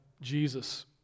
Jesus